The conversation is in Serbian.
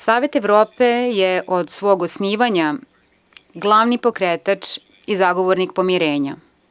Savet Evrope je od svog osnivanja glavni pokretač i zagovornik pomirenja.